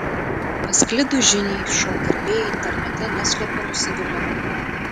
pasklidus žiniai šou gerbėjai internete neslepia nusivylimo